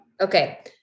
Okay